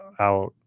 out